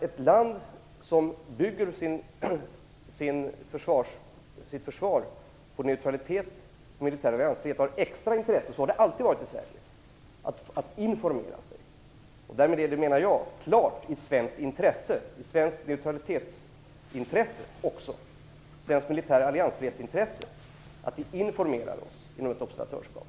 Ett land som bygger sitt försvar på neutralitet och militär alliansfrihet, så har det alltid varit i Sverige, har ett extra intresse av att informera sig. Därmed är det klart i svenskt intresse - även utifrån neutraliteten och den militära alliansfriheten - att vi informerar oss inom ramen för ett observatörsskap.